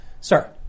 sir